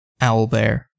Owlbear